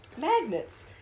magnets